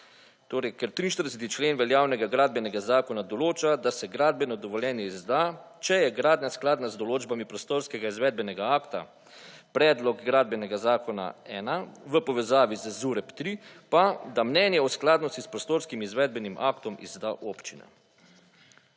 Torej, ker 43. člen veljavnega gradbenega zakona določa, da se gradbeno dovoljenje izda, če je gradnja skladna z določbami prostorskega izvedbenega akta, predlog gradbenega zakona 1 v povezavi z ZUREP3, pa da mnenje o skladnosti s prostorskim izvedbenim aktom izda občina.